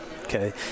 Okay